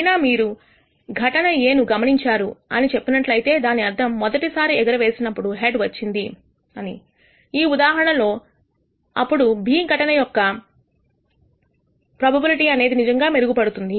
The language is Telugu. అయినా మీరు ఘటన A ను గమనించారు అని చెప్పినట్లయితే దాని అర్థం మొదటిసారి ఎగరవేసినప్పుడు హెడ్ వచ్చింది అని ఈ ఉదాహరణ లో అప్పుడు B ఘటన యొక్క ప్రోబబిలిటీ అనేది నిజంగా మెరుగుపడుతుంది